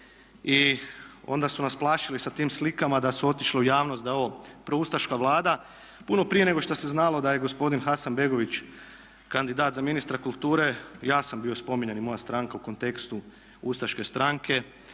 i onda su nas plašili sa tim slikama da se otišlo u javnost da je ovo proustaška Vlada puno prije nego što se znalo da je gospodin Hasanbegović kandidat za ministra kulture. Ja sam bio spominjan i moja stranka u kontekstu ustaške stranke